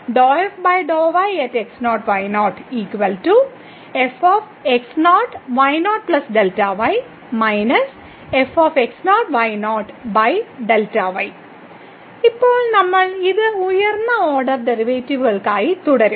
ഇപ്പോൾ നമ്മൾ ഇത് ഉയർന്ന ഓർഡർ ഡെറിവേറ്റീവുകൾക്കായി തുടരും